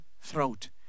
throat